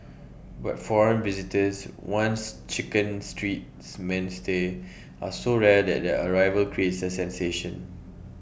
but foreign visitors once chicken Street's mainstay are so rare that their arrival creates A sensation